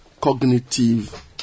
cognitive